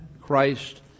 Christ